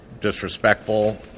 disrespectful